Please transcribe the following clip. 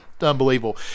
unbelievable